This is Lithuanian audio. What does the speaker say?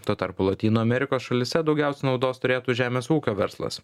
tuo tarpu lotynų amerikos šalyse daugiausia naudos turėtų žemės ūkio verslas